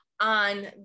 on